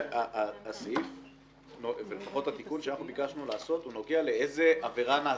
התיקון שאנחנו ביקשנו לעשות נוגע לסוג העבירה שנעשתה.